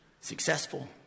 successful